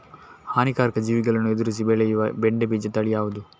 ಹಾನಿಕಾರಕ ಜೀವಿಗಳನ್ನು ಎದುರಿಸಿ ಬೆಳೆಯುವ ಬೆಂಡೆ ಬೀಜ ತಳಿ ಯಾವ್ದು?